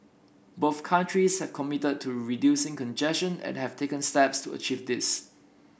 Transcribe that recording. both countries have committed to reducing congestion and have taken steps to achieve this